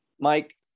Mike